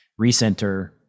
recenter